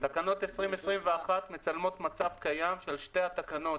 תקנות2021 מצלמות מצב קיים של שתי התקנות,